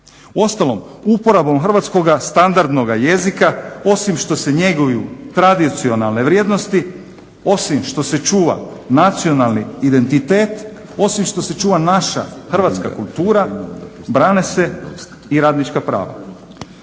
Uostalom, uporabom hrvatskoga standardnoga jezika osim što se njeguju tradicionalne vrijednosti, osim što se čuva nacionalni identitet, osim što se čuva naša hrvatska kultura, brane se i radnička prava.